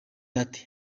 ati